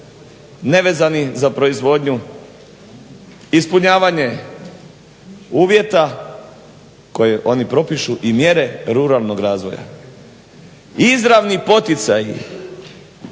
nevezani za proizvodnju, ispunjavanje uvjeta koje oni propišu i mjere ruralnog razvoja. Izravni poticaji